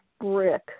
brick